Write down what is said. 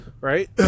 right